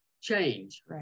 change